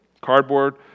cardboard